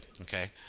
okay